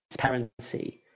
Transparency